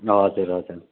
हजुर हजुर